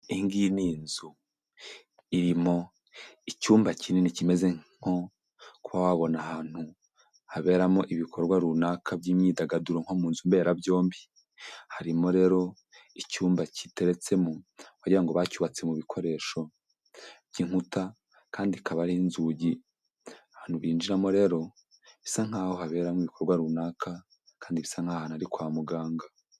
Iyi ngiyi ni inzu. Irimo icyumba kinini kimeze nko kuba wabona ahantu haberamo ibikorwa runaka by'imyidagaduro nko mu nzu mberabyombi. Harimo rero icyumba giteretsemo wagira ngo bacyubatse mu bikoresho by'inkuta, kandi ikaba ari inzugi. Ahantu binjiramo rero bisa nkaho haberamo ibikorwa runaka, kandi bisa nkaho ahantu ari kwa muganga.